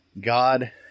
God